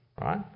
right